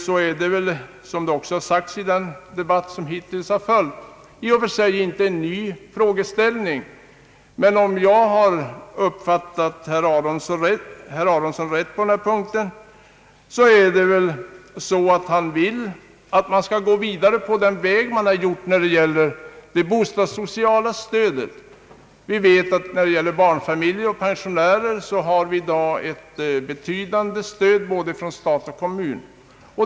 Detta är — såsom också har sagts i den debatt som hittills förts i den frågan — i och för sig inte någon ny frågeställning. Om jag har fattat herr Aronson rätt, vill han att man skall gå vidare på den väg som har valts när det gäller det bostadssociala stödet. Barnfamiljer och pensionärer får i dag ett betydande stöd både från stat och kommun.